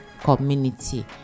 community